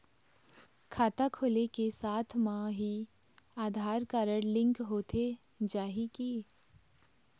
खाता खोले के साथ म ही आधार कारड लिंक होथे जाही की?